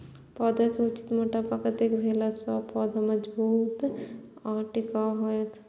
पौधा के उचित मोटापा कतेक भेला सौं पौधा मजबूत आर टिकाऊ हाएत?